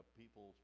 people